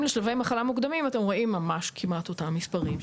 לשלבי מחלה מוקדמים אתם רואים ממש כמעט את אותם המספרים,